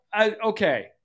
Okay